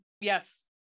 yes